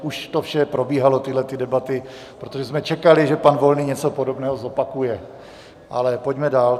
Už to vše probíhalo, tyhlety debaty, protože jsme čekali, že pan Volný něco podobného zopakuje, ale pojďme tedy dál.